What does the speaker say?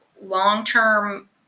long-term